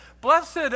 Blessed